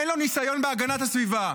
אין לו ניסיון בהגנת הסביבה.